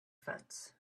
fence